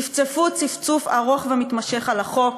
צפצפו צפצוף ארוך ומתמשך על החוק,